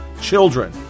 children